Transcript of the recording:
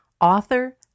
author